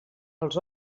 els